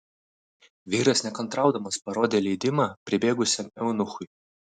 vyras nekantraudamas parodė leidimą pribėgusiam eunuchui